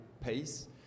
pace